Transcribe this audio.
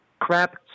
crap